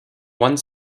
one